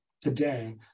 today